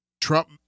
Trump